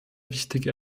wichtige